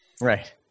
right